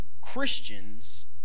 Christians